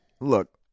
Look